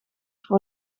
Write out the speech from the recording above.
voor